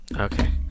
Okay